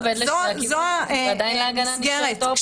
זו המסגרת,